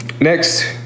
next